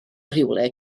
rhywle